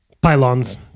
pylons